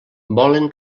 volen